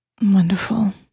Wonderful